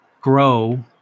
grow